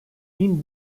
bin